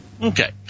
Okay